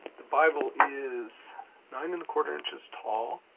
the bible is nine and a quarter inches tall,